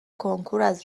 کنکوراز